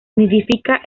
nidifica